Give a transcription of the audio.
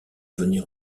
venir